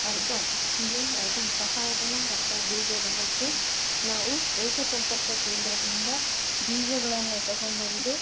ಅರ್ಧ ಅಂದರೆ ಅರ್ಧ ಸಹಾಯಧನ ಅರ್ಧ ಬೀಜ ದನಕ್ಕೆ ನಾವು ರೈತ ಸಂಪರ್ಕ ಕೇಂದ್ರದಿಂದ ಬೀಜಗಳನ್ನು ತಗೋಬಂದು